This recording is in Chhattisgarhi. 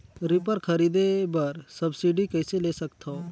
रीपर खरीदे बर सब्सिडी कइसे ले सकथव?